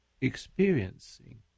experiencing